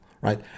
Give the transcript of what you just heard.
right